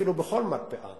אפילו בכל מרפאה